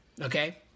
okay